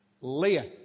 Leah